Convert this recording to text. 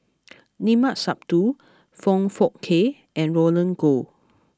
Limat Sabtu Foong Fook Kay and Roland Goh